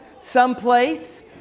someplace